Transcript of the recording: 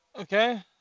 Okay